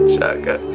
Shaka